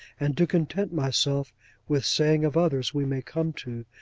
and to content myself with saying of others we may come to,